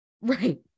right